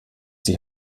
die